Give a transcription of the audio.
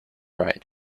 right